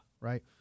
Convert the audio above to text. Right